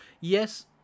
Yes